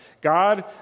God